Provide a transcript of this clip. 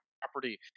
property